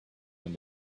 when